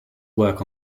work